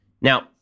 Now